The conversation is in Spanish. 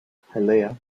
pelea